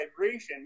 vibration